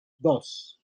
dos